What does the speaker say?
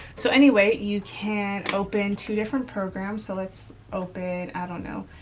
so anyway, you can open two different programs. so let's open, i don't know,